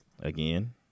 again